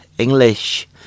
English